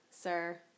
sir